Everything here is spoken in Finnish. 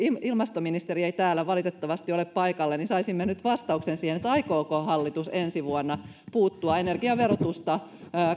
ilmastoministeri ei täällä valitettavasti ole paikalla niin saisimme nyt vastauksen siihen aikooko hallitus ensi vuonna puuttua energiaverotusta